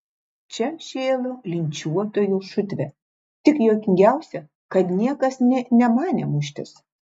čia šėlo linčiuotojų šutvė tik juokingiausia kad niekas nė nemanė muštis